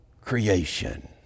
creation